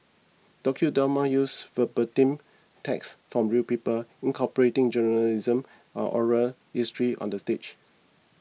docudramas use verbatim text from real people incorporating journalism and oral history on the stage